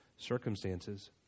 Circumstances